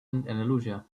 andalusia